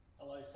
Hello